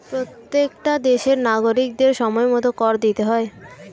প্রত্যেকটা দেশের নাগরিকদের সময়মতো কর দিতে হয়